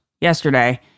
yesterday